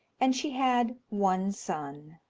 and she had one son.